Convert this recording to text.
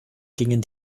gingen